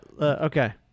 okay